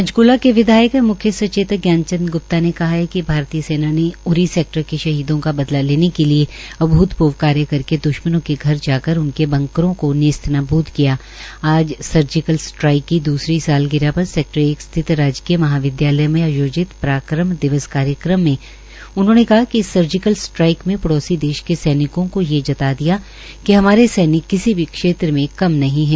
पंचकूला के विधायक एंव मुख्य सचेतक ज्ञान चंद ग्प्ता ने कहा है कि भारतीय सेना ने उरी सेक्टर के शहीदों का बदला लेने के लिए अभूतपूर्व कार्य करके दृश्मनों के घर जाकर उनके बंकरों को नेस्तनाबूद किया आज सर्जिकल स्ट्राईक की दुसरी सालगिरह पर सेटकर एक स्थित राजकीय महाविद्यालय में आयोजित पराक्रम दिवस कार्यक्रम में उन्होंने कहा कि इस सर्जिकल स्ट्टाईक में पड़ोसी देश के सैनिकों के ये जता दिया है कि हमारे सैनिक किसी भी क्षेत्र में कम नहीं है